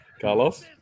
Carlos